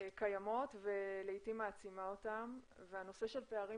קיימות ולעתים מעצימה אותן והנושא של פערים